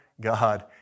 God